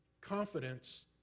confidence